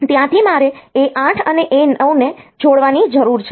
તેથી ત્યાંથી મારે A8 અને A9 ને જોડવાની જરૂર છે